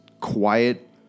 quiet